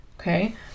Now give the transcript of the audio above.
okay